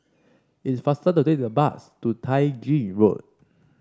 it's faster to take the bus to Tai Gin Road